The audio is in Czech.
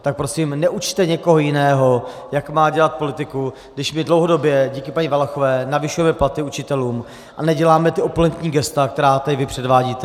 Tak prosím neučte někoho jiného, jak má dělat politiku, když my dlouhodobě díky paní Valachové navyšujeme platy učitelům a neděláme ta opulentní gesta, která tady vy předvádíte.